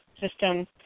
system